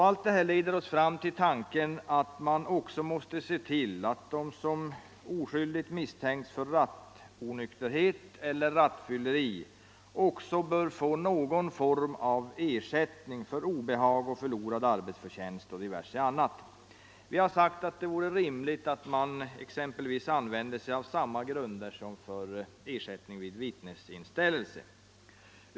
Allt detta leder oss fram till tanken att vi måste se till att de som oskyldigt misstänks för rattonykterhet eller rattfylleri också bör få någon form av ersättning för obehag, förlorad arbetsförtjänst och diverse annat. Vi har sagt att det vore rimligt att man exempelvis använde samma grunder som för vittnesinställelse.